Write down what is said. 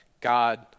God